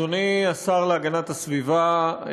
אדוני השר להגנת הסביבה,